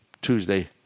Tuesday